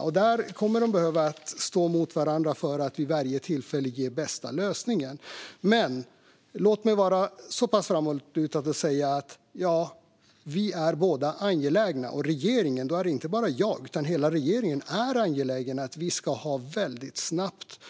Man kan också behöva ställa dem emot varandra för att man vid varje tillfälle ska få den bästa lösningen. Låt mig vara så pass framåtlutad att jag säger att vi båda, och även hela regeringen, är angelägna om att nätutbyggnaden ska gå väldigt snabbt.